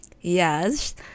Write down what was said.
yes